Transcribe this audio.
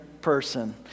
person